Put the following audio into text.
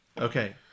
Okay